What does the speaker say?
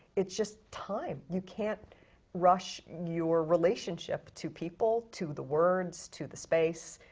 it's just time. you can't rush your relationship to people, to the words, to the space,